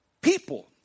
people